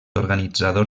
organitzador